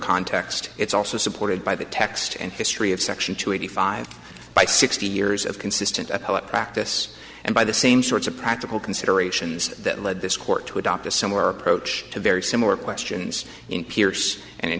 context it's also supported by the text and history of section two eighty five by sixty years of consistent practice and by the same sorts of practical considerations that led this court to adopt a similar approach to very similar questions in pierce and